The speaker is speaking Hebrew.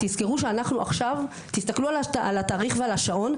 תסתכלו על התאריך ועל השעון,